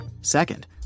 Second